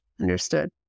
Understood